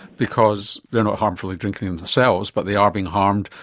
because they are not harmfully drinking themselves but they are being harmed,